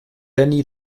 jenny